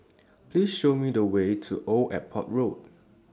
Please Show Me The Way to Old Airport Road